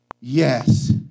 yes